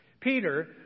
Peter